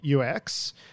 UX